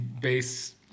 base